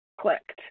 clicked